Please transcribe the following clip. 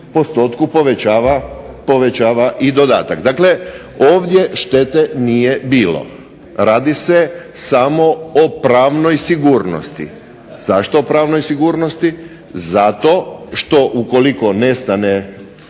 postotku povećava i dodatak. Dakle, ovdje štete nije bilo. Radi se samo o pravnoj sigurnosti. Zašto o pravnoj sigurnosti? Zato što ukoliko nestane